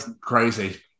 crazy